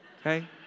okay